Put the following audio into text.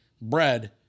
bread